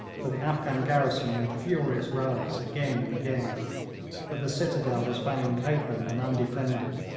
for the afghan garrison made furious rallies again and again but the citadel was found open and undefended,